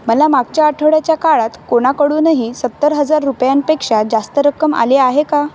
मला मागच्या आठवड्याच्या काळात कोणाकडूनही सत्तर हजार रुपयांपेक्षा जास्त रक्कम आली आहे का